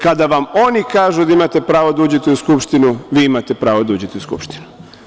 Kada vam oni kažu da imate pravo da uđete u Skupštinu vi imate pravo da uđete u Skupštinu.